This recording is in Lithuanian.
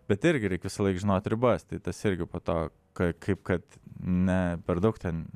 bet irgi reik visąlaik žinot ribas tai tas irgi po to kai kaip kad ne per daug ten